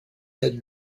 had